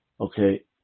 okay